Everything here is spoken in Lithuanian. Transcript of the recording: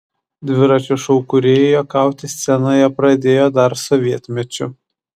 dviračio šou kūrėjai juokauti scenoje pradėjo dar sovietmečiu